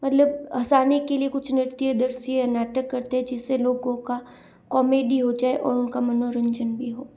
मतलब हसाने के लिए कुछ नृत्य दृश्य नाटक करते हैं जिस से लोगों का कॉमेडी हो जाए और उनका मनोरंजन भी हो